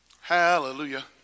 Hallelujah